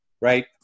Right